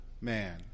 man